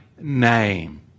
name